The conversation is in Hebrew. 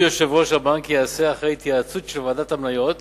יושב-ראש הבנק ייעשה אחרי התייעצות של ועדת המניות